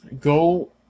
Go